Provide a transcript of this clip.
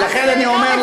ולכן אני אומר,